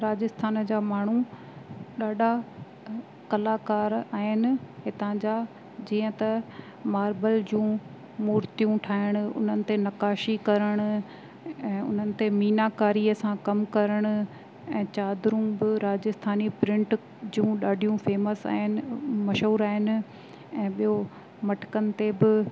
राजस्थान जा माण्हू ॾाढा कलाकार आहिनि हितां जा जीअं त मार्बल जूं मूर्तियूं ठाहिणु उन ते नक़ाशी करणु ऐं उन्हनि ते मीनाकारीअ सां कमु करणु ऐं चादरुं बि राजस्थानी प्रिंट जूं ॾाढियूं फ़ेमस आहिनि मशहूरु आहिनि ऐं ॿियो मटिकनि ते बि